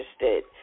interested